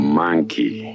monkey